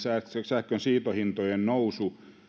sähkönsiirtohintojen nousu